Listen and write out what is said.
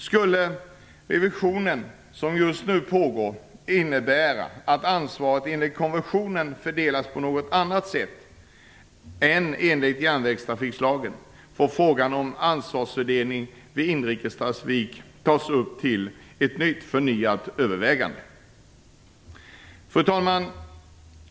Skulle den revision som just nu pågår innebära att ansvaret enligt konventionen fördelas på något annat sätt än enligt järnvägstrafiklagen får frågan om ansvarsfördelning vid inrikes trafik tas upp till förnyat övervägande. Fru talman!